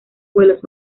vuelos